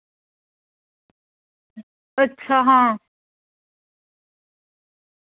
अच्छा हां